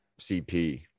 CP